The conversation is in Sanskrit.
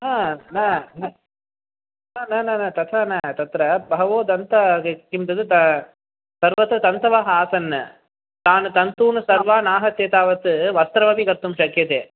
हा न न न न न न तथा न तत्र बहवो दन्त किं तत् सर्वत्र तन्तवः आसन् तान् तन्तून् सर्वान् आहत्य तावत् वस्त्रमपि कर्तुं शक्यते